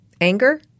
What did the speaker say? Anger